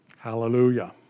Hallelujah